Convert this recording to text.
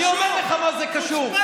אני אומר לך מה זה קשור,